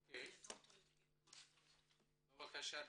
בבקשה,